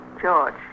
George